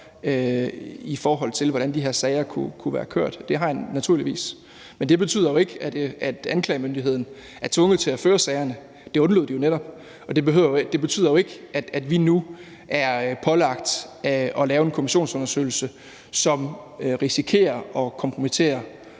i forhold til hvordan de her sager kunne være kørt, og det har jeg naturligvis. Men det betyder jo ikke, at anklagemyndigheden er tvunget til at føre sagerne. Det undlod de jo netop at gøre, og det betyder jo ikke, at vi nu er pålagt at lave en kommissionsundersøgelse, som risikerer at kompromittere